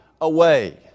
away